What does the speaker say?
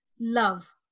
love